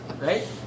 Right